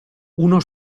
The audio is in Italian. uno